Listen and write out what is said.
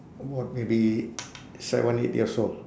about maybe seven eight years old